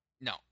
No